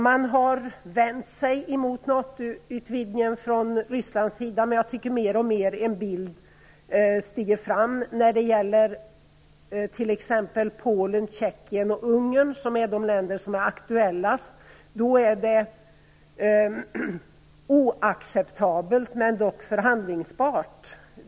Man har från Rysslands sida vänt sig emot NATO-utvidgningen, men jag tycker att det mer och mer stiger fram en bild när det gäller t.ex. Polen, Tjeckien och Ungern, som är de länder som är aktuella, av att den är oacceptabel men dock förhandlingsbar.